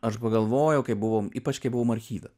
aš pagalvojau kai buvom ypač kai buvom archyve